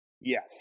Yes